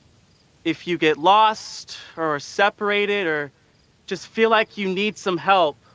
if you get lost or separated or just feel like you need some help.